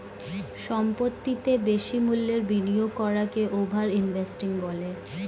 সম্পত্তিতে বেশি মূল্যের বিনিয়োগ করাকে ওভার ইনভেস্টিং বলে